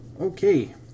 Okay